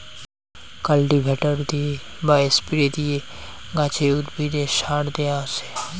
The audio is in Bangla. কাল্টিভেটর দিয়ে বা স্প্রে দিয়ে গাছে, উদ্ভিদে সার দেয়া হসে